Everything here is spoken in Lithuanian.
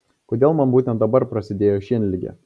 kodėl man būtent dabar prasidėjo šienligė